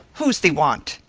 who's thee want?